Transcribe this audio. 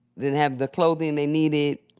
didn't have the clothing they needed,